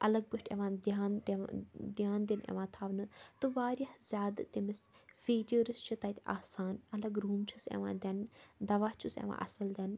اَلگ پٲٹھۍ یِوان دھیان دنہٕ دھیان دِنہٕ یوان تھاونہٕ تہٕ واریاہ زیادٕ تٔمِس فیٖچٲرٕس چھِ تَتہِ آسان الگ روٗم چھُس یِوان دِنہٕ دَوا چھُس یِوان اصٕل دِنہٕ